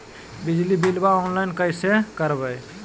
बिजली बिलाबा ऑनलाइन कैसे करबै?